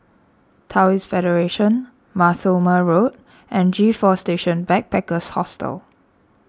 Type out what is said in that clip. Taoist Federation Mar Thoma Road and G four Station Backpackers Hostel